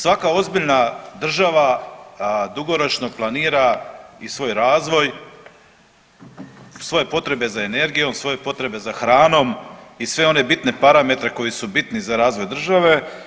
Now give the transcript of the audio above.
Svaka ozbiljna država dugoročno planira i svoj razvoj, svoje potrebe za energijom, svoje potrebe za hranom i sve one bitne parametre koji su bitni za razvoj države.